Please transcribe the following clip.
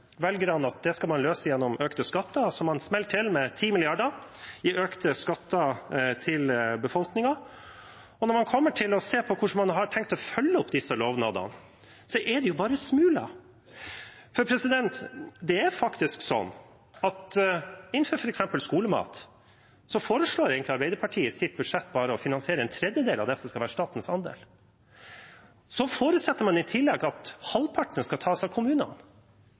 til med 10 mrd. kr i økte skatter til befolkningen. Og når vi ser på hvordan man har tenkt å følge opp disse lovnadene, er det bare smuler. Når det gjelder f.eks. skolemat, foreslår egentlig Arbeiderpartiet i sitt budsjett å finansiere bare en tredjedel av det som skal være statens andel. Man forutsetter i tillegg at halvparten skal tas av kommunene.